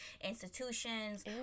institutions